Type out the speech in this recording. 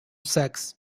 sex